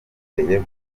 yamuteye